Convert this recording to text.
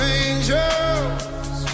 angels